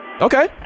Okay